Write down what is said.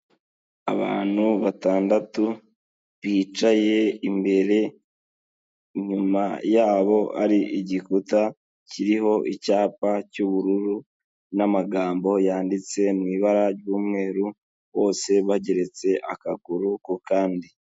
Abantu batandatu bicaye imbere inyuma yabo hari igikuta kiriho icyapa cy'ubururu n'amagambo yanditse mu ibara ry'umweru, bose bageretse akaguru ku kandi.